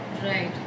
right